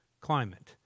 climate